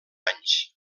anys